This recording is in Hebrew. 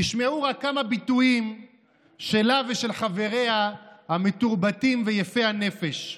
תשמעו רק כמה ביטויים שלה ושל חבריה המתורבתים ויפי הנפש ממרצ: